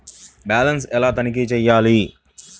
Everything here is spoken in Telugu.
బ్యాలెన్స్ ఎలా తనిఖీ చేయాలి?